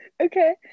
Okay